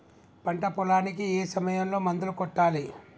పంట పొలానికి ఏ సమయంలో మందులు కొట్టాలి?